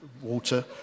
water